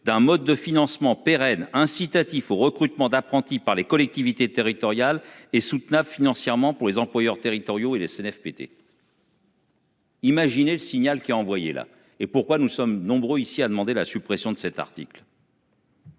d'un mode de financement pérenne incitatif au recrutement d'apprentis par les collectivités territoriales et soutenable financièrement pour les employeurs territoriaux et des Cnfpt. Imaginez le signal qui a envoyé là et pourquoi nous sommes nombreux ici à demander la suppression de cet article.